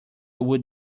would